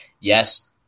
Yes